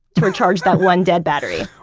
to recharge that one dead battery?